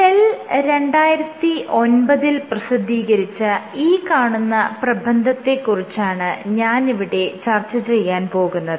cell 2009 ൽ പ്രസിദ്ധീകരിച്ച ഈ കാണുന്ന പ്രബന്ധത്തെ കുറിച്ചാണ് ഞാനിവിടെ ചർച്ച ചെയ്യാൻ പോകുന്നത്